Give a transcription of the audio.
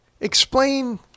explain